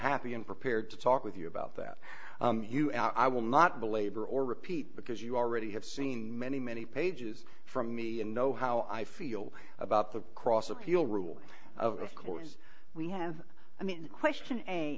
unhappy and prepared to talk with you about that i will not belabor or repeat because you already have seen many many pages from me you know how i feel about the cross appeal rule of course we have i mean the question a